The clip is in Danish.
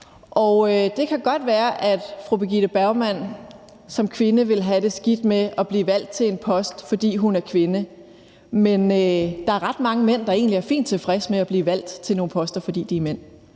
det kan godt være, at fru Birgitte Bergman som kvinde ville have det skidt med at blive valgt til en post, fordi hun er kvinde, men der er ret mange mænd, der egentlig er fint tilfredse med at blive valgt til nogle poster, fordi de er mænd.